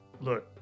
Look